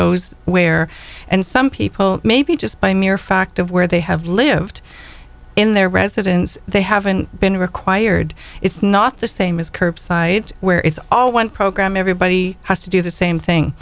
goes where and some people maybe just by mere fact of where they have lived in their residence they haven't been required it's not the same as curbside where it's all one program everybody has to do the same thing